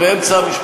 לא.